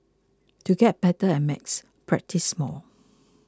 to get better at maths practise more